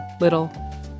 Little